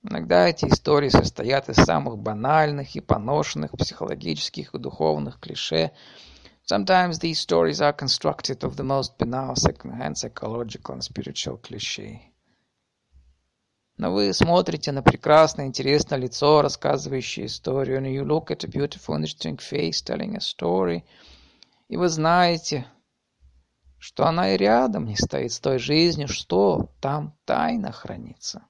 Иногда эти истории состоят из самых банальных и поношенных психологических и духовных клише. Sometimes these stories are constructed of the most banal, secondhand psychological and spiritual cliché. Но вы смотрите на прекрасное, интересное лицо, рассказывающее историю, and you look at a beautiful, interesting face telling a story, и вы знаете, что она и рядом не стоит с той жизнью, что там тайна хранится.